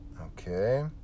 Okay